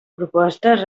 propostes